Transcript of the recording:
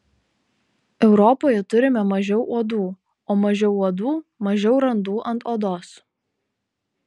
europoje turime mažiau uodų o mažiau uodų mažiau randų ant odos